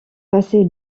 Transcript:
passer